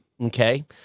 Okay